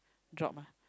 drop ah